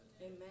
Amen